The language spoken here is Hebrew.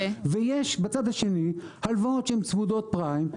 ויש בצד השני הלוואות צמודות פריים,